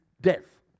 death